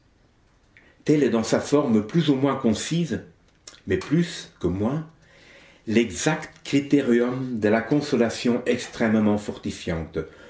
tel est dans sa forme plus ou moins concise mais plus que moins l'exact critérium de la consolation extrêmement fortifiante